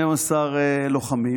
12 לוחמים,